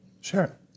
Sure